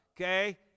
okay